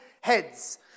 heads